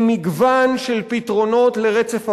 עם מגוון של פתרונות לרצף הבעיות.